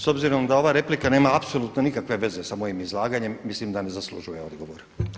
S obzirom da ova replika nema apsolutno nikakve veze sa mojim izlaganjem mislim da ne zaslužuje odgovor.